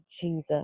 Jesus